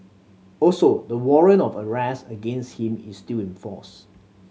also the warrant of arrest against him is still in force